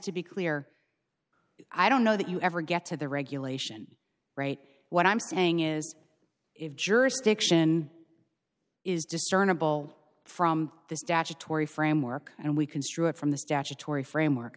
to be clear i don't know that you ever get to the regulation right what i'm saying is if jurisdiction is discernable from the statutory framework and we construe it from the statutory framework